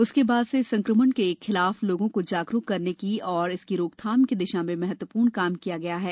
उसके बाद से इस संकमण के खिलाफ लोगों को जागरुक करने और इसकी रोकथाम की दिशा में महत्वपूर्ण काम किया गया है